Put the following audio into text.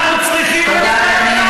תודה.